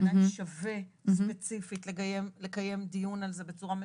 בעיניי זה שווה ספציפית לקיים דיון על זה בצורה מסודרת,